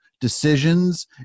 decisions